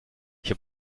hier